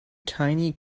tiny